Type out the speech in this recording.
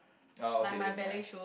oh okay nice